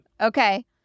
Okay